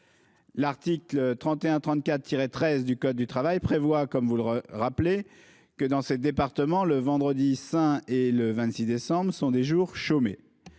L'article 3134-13 du code du travail prévoit, comme vous le rappelez, que dans ces départements le Vendredi saint et le 26 décembre sont des jours chômés.